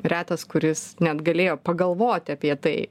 retas kuris net galėjo pagalvoti apie tai